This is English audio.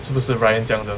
是不是 ryan 讲的